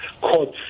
courts